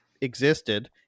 existed